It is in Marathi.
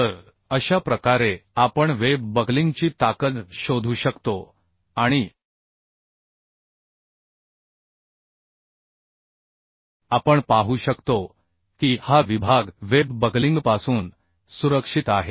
तर अशा प्रकारे आपण वेब बकलिंगची ताकद शोधू शकतो आणि आपण पाहू शकतो की हा विभाग वेब बकलिंगपासून सुरक्षित आहे